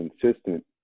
consistent